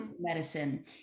Medicine